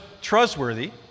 trustworthy